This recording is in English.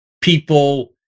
people